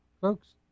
folks